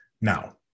Now